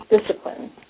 discipline